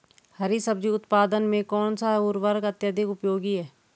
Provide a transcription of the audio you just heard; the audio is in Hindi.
हरी सब्जी उत्पादन में कौन सा उर्वरक अत्यधिक उपयोगी है?